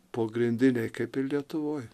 pogrindiniai kaip ir lietuvoj